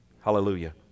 Hallelujah